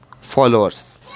followers